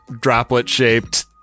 droplet-shaped